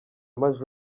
maj